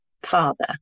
father